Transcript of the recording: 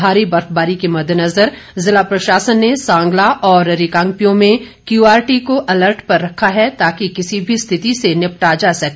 भारी बर्फबारी के मददेनजर जिला प्रशासन ने सांगला और रिकांगपिओ में क्यआर टी को अलर्ट पर रखा है ताकि किसी भी स्थिति से निपटा जा सके